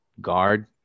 guard